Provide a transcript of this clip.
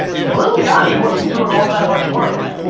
lil yachty wasn't doin' all that much work.